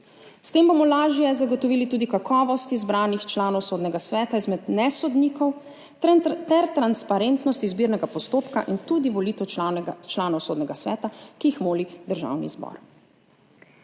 S tem bomo lažje zagotovili tudi kakovost izbranih članov Sodnega sveta izmed nesodnikov ter transparentnost izbirnega postopka in tudi volitev članov Sodnega sveta, ki jih voli Državni zbor.